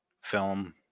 Film